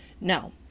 no